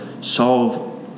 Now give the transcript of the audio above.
solve